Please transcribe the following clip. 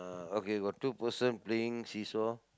ah okay got two person playing see saw